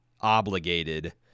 obligated